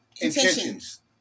intentions